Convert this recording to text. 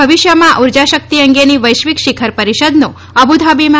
ભવિષ્યમાં ઉર્જાશક્તિ અંગેની વૈશ્વિક શીખર પરિષદનો અબુધાબીમાં